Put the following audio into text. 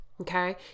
okay